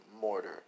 mortar